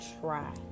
try